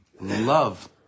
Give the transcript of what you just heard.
love